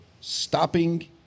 stopping